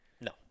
No